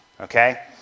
okay